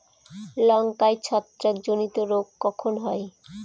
লঙ্কায় ছত্রাক জনিত রোগ কখন হয়?